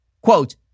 quote